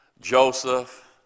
Joseph